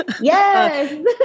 Yes